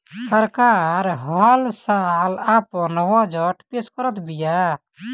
सरकार हल साल आपन बजट पेश करत बिया